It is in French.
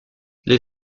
les